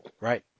Right